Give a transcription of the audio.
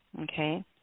Okay